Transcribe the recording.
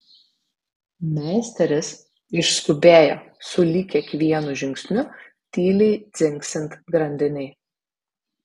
meisteris išskubėjo sulig kiekvienu žingsniu tyliai dzingsint grandinei